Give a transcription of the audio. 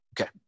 Okay